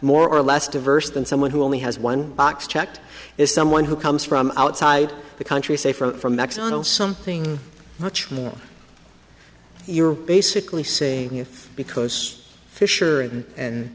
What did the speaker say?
more or less diverse than someone who only has one box checked is someone who comes from outside the country safer from mexico something much more you're basically saying it because fisher and